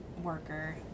worker